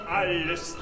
alles